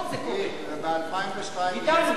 ב-2002 מי הצביע על,